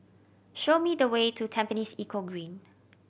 show me the way to Tampines Eco Green